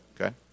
okay